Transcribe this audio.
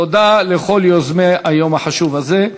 תודה לכל יוזמי היום החשוב הזה.